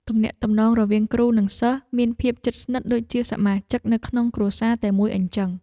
ទំនាក់ទំនងរវាងគ្រូនិងសិស្សមានភាពជិតស្និទ្ធដូចជាសមាជិកនៅក្នុងគ្រួសារតែមួយអញ្ចឹង។